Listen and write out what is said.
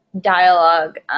dialogue